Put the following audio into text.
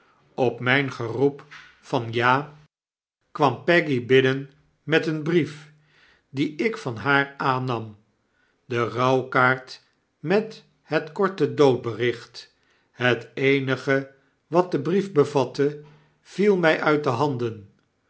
op mijngeroep van ja kwam peggy binnen met een brief dien ik van haar aannam de rouwkaart met het korte doodbericht het eenige wat de brief bevatte viel mij uit de handen